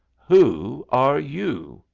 who are you?